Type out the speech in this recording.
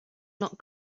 not